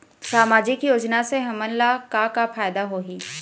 सामाजिक योजना से हमन ला का का फायदा होही?